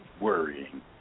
worrying